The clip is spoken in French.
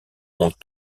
ont